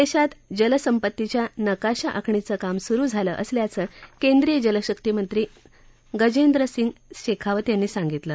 देशात जलसंपत्तीच्या नकाशा आखणीचं काम सुरु झालं असल्याचं केंद्रीय जलशक्ती मंत्री गजेंद्र सिंग शेखावत यांनी सांगितलं